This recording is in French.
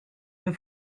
deux